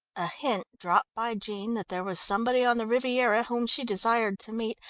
a hint dropped by jean that there was somebody on the riviera whom she desired to meet,